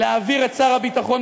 להעביר את שר הביטחון,